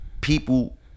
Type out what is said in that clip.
people